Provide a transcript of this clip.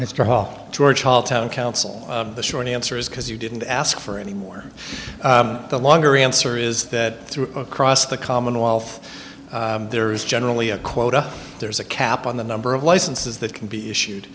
whole george ball town council the short answer is because you didn't ask for any more the longer answer is that through across the commonwealth there is generally a quota there's a cap on the number of licenses that can be issued